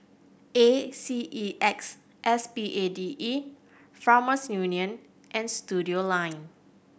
A C E X S P A D E Farmers Union and Studioline